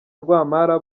rwampara